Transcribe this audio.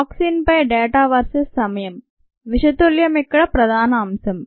toxin పై data versus సమయం విషతుల్యం ఇక్కడ ప్రధాన అంశం